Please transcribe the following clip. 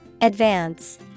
Advance